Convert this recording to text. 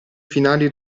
finali